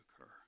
occur